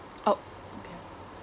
oh okay